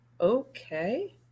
Okay